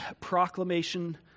proclamation